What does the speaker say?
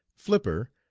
flipper,